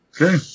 Okay